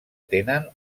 tenen